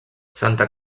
santa